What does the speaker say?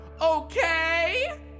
okay